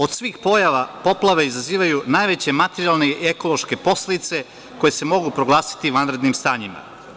Od svih pojava, poplave izazivaju najveće materijalne i ekološke posledice koje se mogu proglasiti vanrednim stanjima.